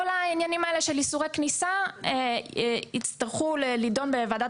כל העניינים האלה של איסורי כניסה יצטרכו לדון בהם בוועדת